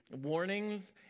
warnings